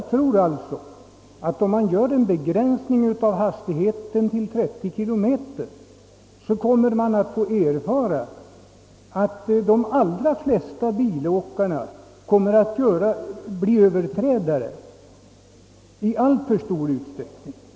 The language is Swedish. Om hastigheten skulle begränsas ända ned till 30 kilometer tror jag att vi får lagöverträdare i alltför stor utsträckning.